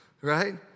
right